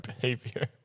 behavior